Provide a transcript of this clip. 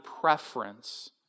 preference